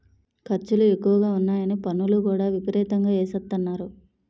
ఖర్చులు ఎక్కువగా ఉన్నాయని పన్నులు కూడా విపరీతంగా ఎసేత్తన్నారు